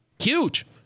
Huge